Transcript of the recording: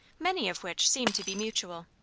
many of which seemed to be mutual.